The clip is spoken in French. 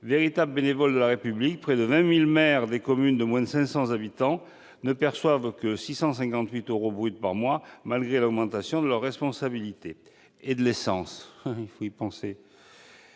Véritables bénévoles de la République, près de 20 000 maires des communes de moins de 500 habitants ne perçoivent que 658 euros bruts par mois, malgré l'augmentation de leurs responsabilités ... et- il faut y penser